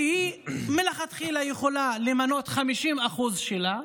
שהיא מלכתחילה יכולה למנות 50% משלה,